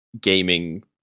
gaming